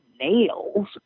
nails